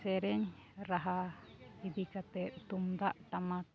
ᱥᱮᱨᱮᱧ ᱨᱟᱦᱟ ᱤᱫᱤ ᱠᱟᱛᱮᱫ ᱛᱩᱢᱫᱟᱜᱼᱴᱟᱢᱟᱠ